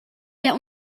der